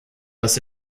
das